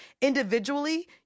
individually